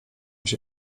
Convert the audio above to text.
się